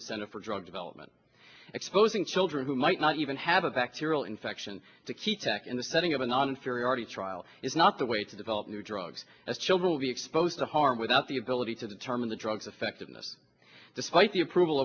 incentive for drug development exposing children who might not even have a bacterial infection to key tech in the setting of a non inferiority trial is not the way to develop new drugs that children will be exposed to harm without the ability to determine the drugs effectiveness despite the approval